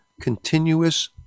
continuous